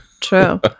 True